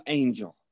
angel